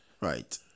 right